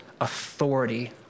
authority